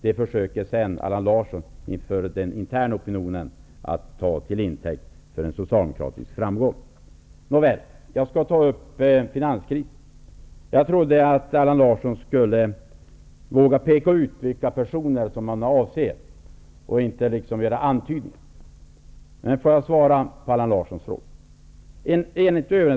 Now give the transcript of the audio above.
Det försöker Allan Larsson sedan inför den interna opinionen ta till intäkt för en socialdemokratisk framgång. Jag skall ta upp frågan om finanskrisen. Jag trodde att Allan Larsson skulle våga peka ut vilka personer han avser och inte bara göra antydningar. Jag svarar ändå på Allan Larssons fråga.